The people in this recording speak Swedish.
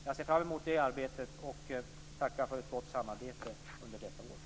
Jag ser fram emot det arbetet och tackar för ett gott samarbete under detta år.